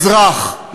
אזרח,